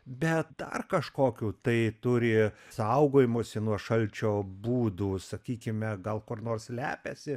bet dar kažkokių tai turi saugojimosi nuo šalčio būdų sakykime gal kur nors slepiasi